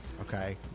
Okay